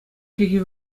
чӗлхи